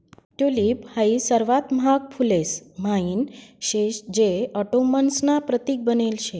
tulip हाई सर्वात महाग फुलेस म्हाईन शे जे ऑटोमन्स ना प्रतीक बनेल शे